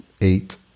eight